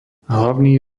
hlavný